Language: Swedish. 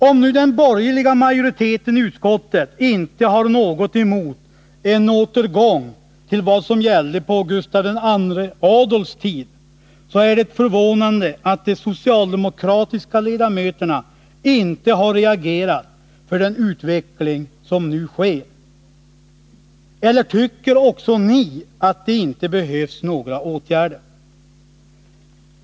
Om nu den borgerliga majoriteten i utskottet inte har något emot en återgång till vad som gällde på Gustav II Adolfs tid, så är det förvånande att de socialdemokratiska ledamöterna inte har reagerat för den utveckling som nu sker. Eller tycker också ni att det inte behövs några åtgärder?